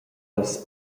las